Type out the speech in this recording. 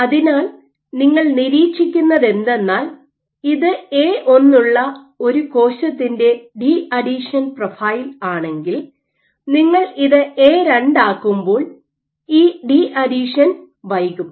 അതിനാൽ നിങ്ങൾ നിരീക്ഷിക്കുന്നതെന്തെന്നാൽ ഇത് എ1 ഉള്ള ഒരു കോശത്തിൻറെ ഡീഅഥീഷൻ പ്രൊഫൈൽ ആണെങ്കിൽ നിങ്ങൾ ഇത് എ2 ആക്കുമ്പോൾ ഈ ഡീഅഥീഷൻ വൈകും